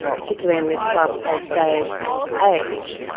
particularly in this fast-paced day and age,